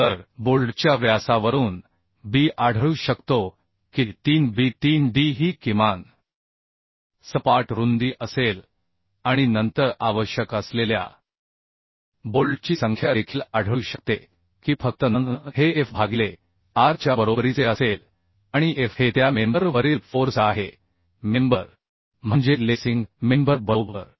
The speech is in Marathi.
तर बोल्टच्या व्यासावरून b आढळू शकतो की 3 b 3 d ही किमान सपाट रुंदी असेल आणि नंतर आवश्यक असलेल्या बोल्टची संख्या देखील आढळू शकते की फक्त n हे F भागिले r च्या बरोबरीचे असेल आणि F हे त्या मेंबर वरील फोर्स आहे मेंबर म्हणजे लेसिंग मेंबर बरोबर